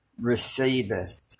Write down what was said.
receiveth